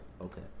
Okay